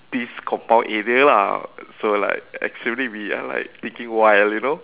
this compound area lah so like actually we are like thinking wild you know